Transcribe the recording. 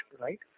right